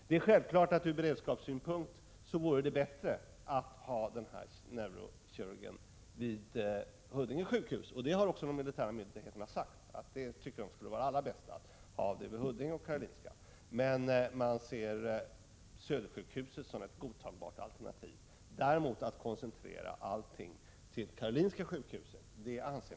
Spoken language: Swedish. Det är självklart att det ur beredskapssynpunkt vore bättre att ha den neurokirurgiska kliniken vid Huddinge sjukhus, och det har också de militära myndigheterna sagt, men de ser Södersjukhuset som ett godtagbart alternativ. Däremot anses det oacceptabelt att koncentrera alla resurser till Karolinska sjukhuset.